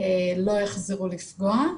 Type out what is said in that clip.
לא יחזרו לפגוע.